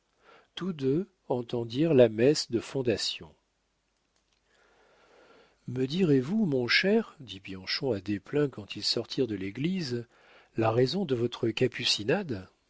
tous deux entendirent la messe de fondation me direz-vous mon cher dit bianchon à desplein quand ils sortirent de l'église la raison de votre capucinade